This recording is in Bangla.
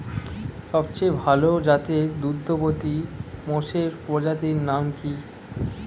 সবচেয়ে ভাল জাতের দুগ্ধবতী মোষের প্রজাতির নাম কি?